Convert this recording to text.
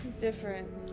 Different